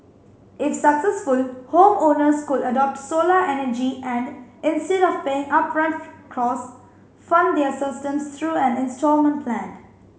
if successful homeowners could adopt solar energy and instead of paying upfront cost fund their systems through an instalment plan